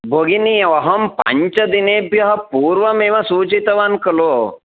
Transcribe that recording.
भगिनी अहं पञ्चदिनेभ्यः पूर्वमेव सूचितवान् खलु